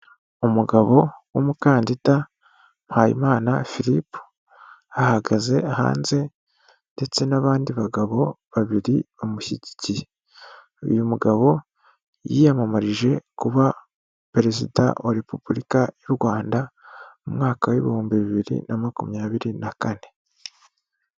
Umugabo w’umukandida Mpayimana Philip ahagaze hanze ndetse n’abandi bagabo babiri bamushyigikiye. Uyu mugabo yiyamamarije kuba Perezida wa Repubulika y’u Rwanda mu mwaka w’ibihumbi bibiri na makumyabiri na kane.